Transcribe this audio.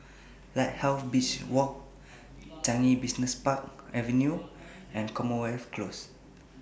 Lighthouse Beach Walk Changi Business Park Avenue and Commonwealth Close